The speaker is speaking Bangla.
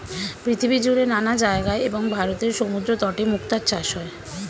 পৃথিবীজুড়ে নানা জায়গায় এবং ভারতের সমুদ্রতটে মুক্তার চাষ হয়